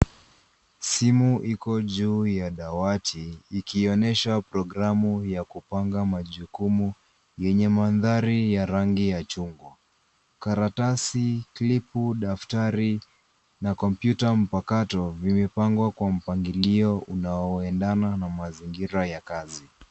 Simu iko juu ya dawati, ikionyesha programu ya kupanga majukumu yenye mandhari ya rangi ya chungwa. Karatasi, klipu, daftari, na kompyuta mpakato vimepangwa kwa mpangilio unaoendana na mazingira ya kazi.